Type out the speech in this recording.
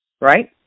Right